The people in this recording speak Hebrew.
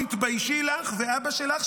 תתביישי לך ואבא שלך,